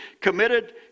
committed